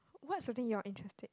what's something you are interested